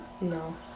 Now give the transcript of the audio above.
No